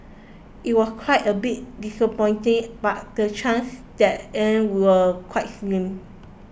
it was quite a bit disappointing but the chances that an were quite slim